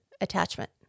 attachment